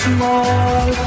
Small